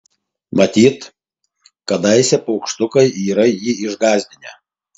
matyt kadaise paukštukai yra jį išgąsdinę